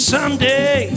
Someday